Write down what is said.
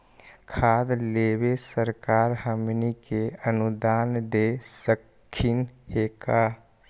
खाद लेबे सरकार हमनी के अनुदान दे सकखिन हे का?